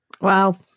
Wow